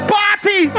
party